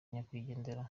nyakwigendera